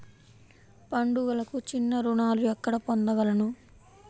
పండుగలకు చిన్న రుణాలు ఎక్కడ పొందగలను?